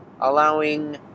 allowing